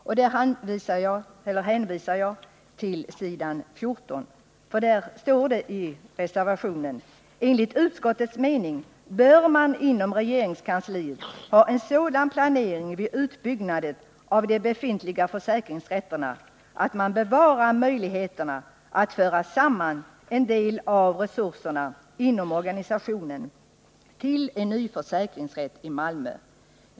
Jag hänvisar i detta sammanhang till s. 14 i betänkandet där följande föreslås i reservationen: ”Enligt utskottets mening bör man inom regeringskansliet ha en sådan planering vid utbyggnaden av de befintliga försäkringsrätterna att man bevarar möjligheterna att föra samman en del av resurserna inom organisationen till en ny försäkringsrätt i Malmö.